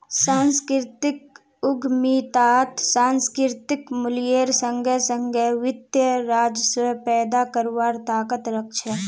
सांस्कृतिक उद्यमितात सांस्कृतिक मूल्येर संगे संगे वित्तीय राजस्व पैदा करवार ताकत रख छे